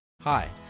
Hi